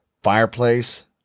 fireplace